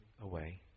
away